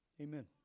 Amen